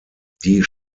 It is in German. die